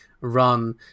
run